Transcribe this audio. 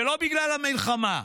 ולא בגלל המלחמה,